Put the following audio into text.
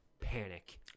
panic